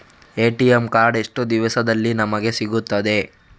ATM card ಎಷ್ಟು ದಿವಸದಲ್ಲಿ ನಮಗೆ ಸಿಗುತ್ತದೆ?